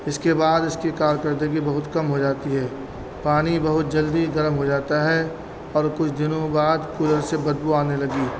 اس کے بعد اس کی کارکردگی بہت کم ہو جاتی ہے پانی بہت جلدی گرم ہو جاتا ہے اور کچھ دنوں بعد کولر سے بدبو آنے لگی